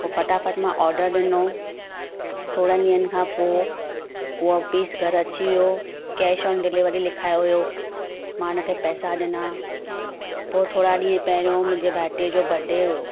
पोइ फटाफट मां ऑडर ॾिनो थोड़नि ॾींहनि खां पोइ हूअ पीस घर अची वियो कैश ऑन डिलीवरी लिखायो हुयो मां हुनखे पैसा ॾिना पोइ थोरा ॾींहं पहिरियों मुंहिंजे भाइटे जो बडे हुयो